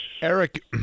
Eric